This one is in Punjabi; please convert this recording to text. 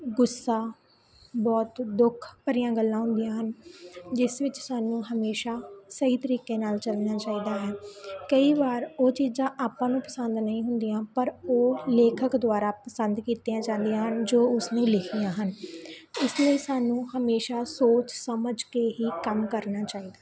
ਗੁੱਸਾ ਬਹੁਤ ਦੁੱਖ ਭਰੀਆਂ ਗੱਲਾਂ ਹੁੰਦੀਆਂ ਹਨ ਜਿਸ ਵਿੱਚ ਸਾਨੂੰ ਹਮੇਸ਼ਾ ਸਹੀ ਤਰੀਕੇ ਨਾਲ ਚਲਣਾ ਚਾਹੀਦਾ ਹੈ ਕਈ ਵਾਰ ਉਹ ਚੀਜ਼ਾਂ ਆਪਾਂ ਨੂੰ ਪਸੰਦ ਨਹੀਂ ਹੁੰਦੀਆਂ ਪਰ ਉਹ ਲੇਖਕ ਦੁਆਰਾ ਪਸੰਦ ਕੀਤੀਆਂ ਜਾਂਦੀਆਂ ਹਨ ਜੋ ਉਸਨੇ ਲਿਖੀਆਂ ਹਨ ਉਸਨੇ ਸਾਨੂੰ ਹਮੇਸ਼ਾ ਸੋਚ ਸਮਝ ਕੇ ਹੀ ਕੰਮ ਕਰਨਾ ਚਾਹੀਦਾ ਹੈ